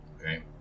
Okay